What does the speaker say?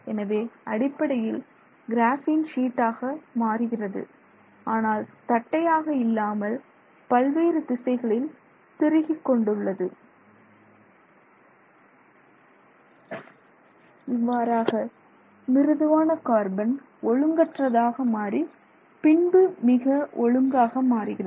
எனவே அடிப்படையில் இன்னொரு கிராஃபின் ஷீட்டாக மாறுகிறது ஆனால் தட்டையாக இல்லாமல் பல்வேறு திசைகளில் திருகிக் கொண்டு உள்ளது இவ்வாறாக மிருதுவான கார்பன் ஒழுங்கற்றதாக மாறி பின்பு மிக ஒழுங்காக மாறுகிறது